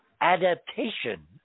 adaptation